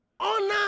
Honor